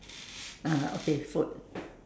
ah okay food